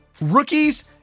rookies